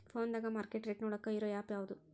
ಫೋನದಾಗ market rate ನೋಡಾಕ್ ಇರು ಆ್ಯಪ್ ಯಾವದು?